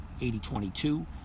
80.22